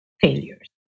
failures